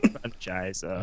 franchise